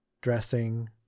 dressing